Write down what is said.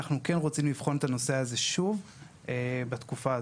אנחנו כן רוצים לבחון את הנושא הזה שוב בתקופה הזו.